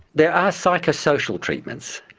there are psycho-social treatments.